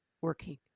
working